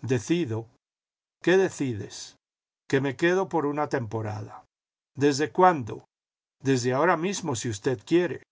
decido qué decides que me quedo por una temporada desde cuándo desde ahora mismo si usted quiere